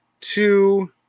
two